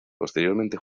posteriormente